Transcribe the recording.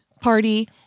party